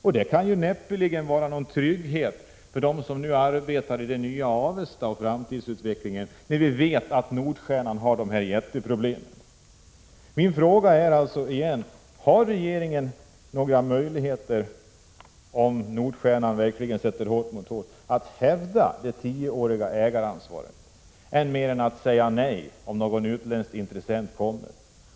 Och det kan näppeligen vara någon trygghet för dem som nu arbetar i Nya Avesta och för framtidsutvecklingen, när vi vet att Nordstjernan har dessa jätteproblem. Min fråga är alltså igen: Har regeringen några möjligheter, om Nordstjernan verkligen sätter hårt mot hårt, att hävda det tioåriga ägaransvaret, mer än att säga nej om någon utländsk intressent kommer?